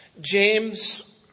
James